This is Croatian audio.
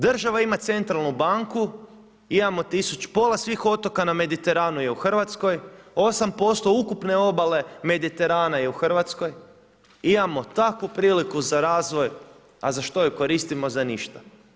Država ima centralnu banku, pola svih otoka na Mediteranu je u Hrvatskoj, 8% ukupne obale Mediterana je u Hrvatskoj, imamo takvu priliku za razvoj a za što ju koristimo, za ništa.